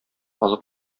алып